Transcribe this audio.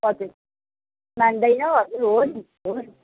हजुर मान्दैन हजुर हो नि हो नि